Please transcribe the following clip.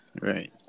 Right